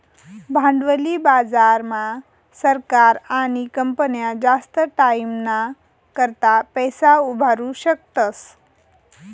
भांडवली बाजार मा सरकार आणि कंपन्या जास्त टाईमना करता पैसा उभारु शकतस